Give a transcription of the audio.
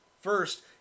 First